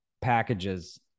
packages